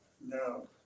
No